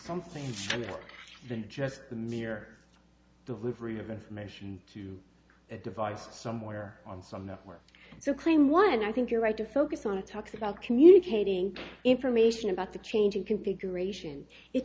something than just the mere delivery of information to a device somewhere on some network so claim one i think you're right to focus on it talks about communicating information about the changing configuration it